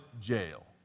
jail